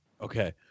Okay